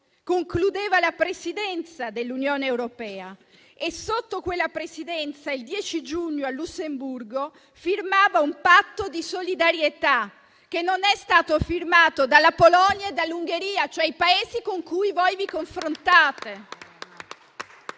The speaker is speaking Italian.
concludeva la Presidenza dell'Unione europea, e sotto quella Presidenza il 10 giugno a Lussemburgo firmava un patto di solidarietà, che non è stato firmato dalla Polonia e dall'Ungheria, cioè i Paesi con cui voi vi confrontate